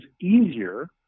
easier